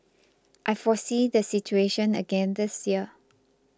I foresee the situation again this year